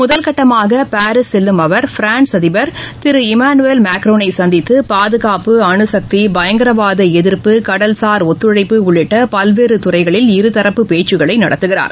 முதல்கட்டமாக பாரீஸ் செல்லும் அவர் பிரான்ஸ் அதிபர் திரு இமானுவேல் மெக்ரோனை சந்தித்து பாதுகாப்பு அணுக்தி பயங்கரவாத எதிர்ப்பு கடல்சார் ஒத்துழைப்பு உள்ளிட்ட பல்வேறு துறைகளில் இருதரப்பு பேச்சுக்களை நடத்துகிறார்